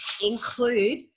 include